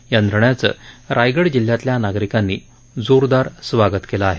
या निर्णयाचं रायगड जिल्हयातल्या नागरिकांनी जोरदार स्वागत केलं आहे